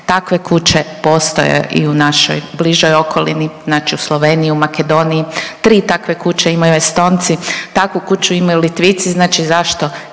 Takve kuće postoje i u našoj bližoj okolini, znači u Sloveniji, u Makedoniji, tri takve kuće imaju Estonci, takvu kuću imaju Litvici, znači zašto